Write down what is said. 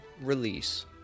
release